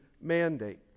mandate